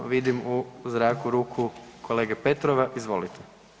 Vidim u zraku ruku kolege Petrova, izvolite.